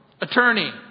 Attorney